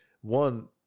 one